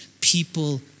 people